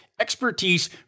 expertise